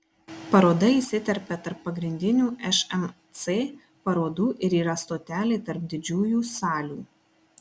paroda įsiterpia tarp pagrindinių šmc parodų ir yra stotelė tarp didžiųjų salių